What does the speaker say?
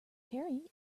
perry